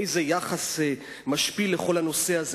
איזה יחס משפיל לכל הנושא הזה.